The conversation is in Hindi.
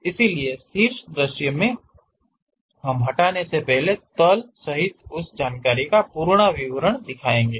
इसलिए शीर्ष दृश्य में हम हटाने से पहले तल सहित उस जानकारी का पूरा विवरण दिखाएंगे